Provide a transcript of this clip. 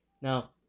Now